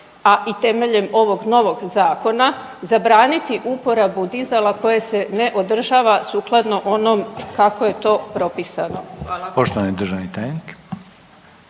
a i temeljem ovog novog Zakona zabraniti uporabu dizala koje se ne održava sukladno onom kako je to propisano.